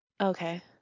Okay